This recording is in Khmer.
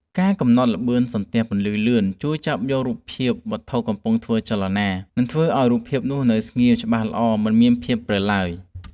ការកំណត់ល្បឿនសន្ទះពន្លឺលឿនជួយចាប់យករូបភាពវត្ថុកំពុងធ្វើចលនា និង ធ្វើឱ្យរូបភាពនោះនៅស្ងៀមច្បាស់ល្អមិនមានភាពព្រិលឡើយ។